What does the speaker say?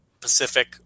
Pacific